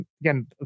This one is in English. again